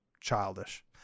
childish